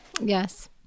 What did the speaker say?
Yes